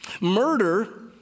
Murder